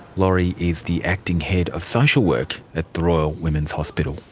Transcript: lorri is the acting head of social work at the royal women's hospital.